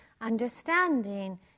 understanding